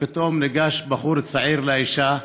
ופתאום ניגש בחור צעיר לאישה,